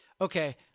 okay